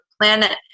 planet